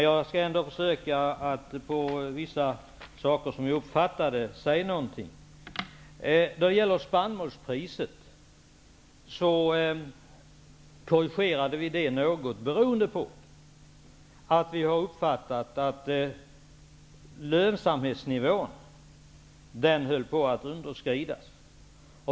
Jag skall ändå försöka kommentera det jag uppfattade av Åke Vi korrigerade spannmålspriset något, och anledningen var att vi uppfattade att lönsamhetsnivån höll på att underskridas.